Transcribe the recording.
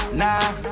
nah